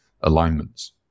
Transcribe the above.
alignments